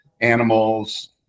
Animals